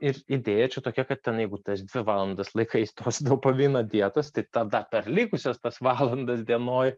ir idėja čia tokia kad ten jeigu tas dvi valandas laikais tos dopamino dietos tai tada per likusias tas valandas dienoj